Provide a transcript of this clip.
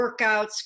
workouts